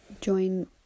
join